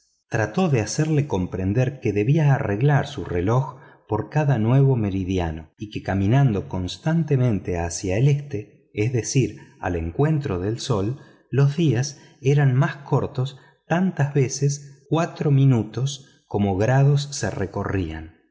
trató de hacerle comprender que debía arreglar su reloj por cada nuevo meridiano y que caminando constantemente hacia el sol los días eran más cortos tantas veces cuatro minutos como grados se recorrían